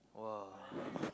!wah!